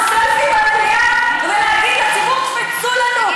לעשות סלפי במליאה ולהגיד לציבור: קפצו לנו.